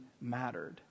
mattered